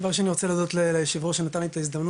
דבר אשון אני רוצה להודות ליושב הראש שנתן לי את ההזדמנות.